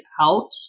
out